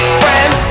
friend